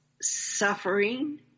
suffering